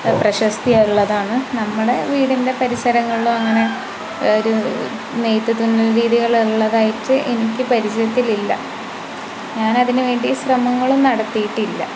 പ്രശസ്തി ഉള്ളതാണ് നമ്മുടെ വീടിൻ്റെ പരിസരങ്ങളിലും അങ്ങനെ ഒരു നെയ്ത് തുന്നൽ രീതികളുള്ളതായിട്ട് എനിക്ക് പരിചയത്തിലില്ല ഞാൻ അതിനു വേണ്ടി ശ്രമങ്ങളും നടത്തിയിട്ടില്ല